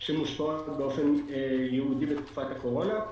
שמושפעות באופן ייעודי בתקופת הקורונה.